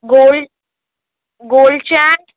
gold gold chain